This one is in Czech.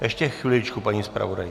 Ještě chviličku, paní zpravodajko.